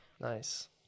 Nice